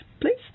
please